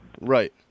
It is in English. Right